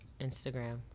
Instagram